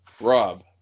Rob